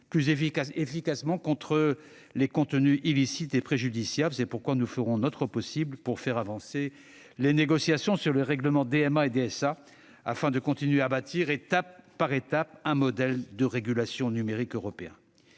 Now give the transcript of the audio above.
plus efficacement contre les contenus illicites et préjudiciables. C'est pourquoi nous ferons tout notre possible pour faire avancer les négociations sur les règlements DMA et DSA, afin de continuer à bâtir, étape par étape, un modèle de régulation numérique européen.